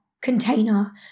container